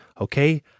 Okay